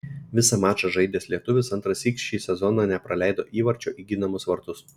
visą mačą žaidęs lietuvis antrąsyk šį sezoną nepraleido įvarčio į ginamus vartus